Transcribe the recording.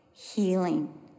healing